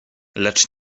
lecz